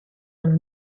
los